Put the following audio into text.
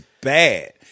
bad